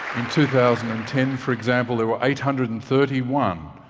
two thousand and ten, for example, there were eight hundred and thirty one,